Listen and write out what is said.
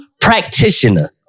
practitioner